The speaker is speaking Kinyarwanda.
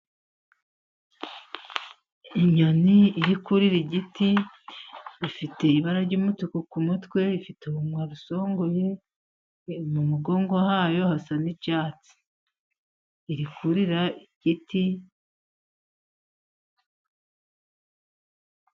Inyoni iri kurira igiti, ifite ibara ry'umutuku ku mutwe, rifite urunwa rusongoye, mu mugongo hayo hasa n'icyatsi, iri kurira igiti.